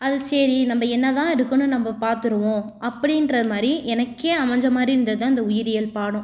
அது சரி நம்ம என்னதான் இருக்குணு நம்ம பார்த்துருவோம் அப்படின்ற மாதிரி எனக்கே அமைஞ்ச மாதிரி இருந்தது தான் இந்த உயிரியல் பாடம்